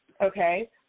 Okay